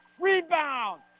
Rebound